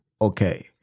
okay